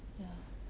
ya